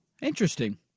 interesting